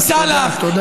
תודה, תודה.